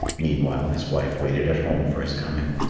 meanwhile, his wife waited at home for his coming.